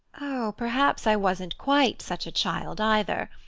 oh, perhaps i wasn't quite such a child either.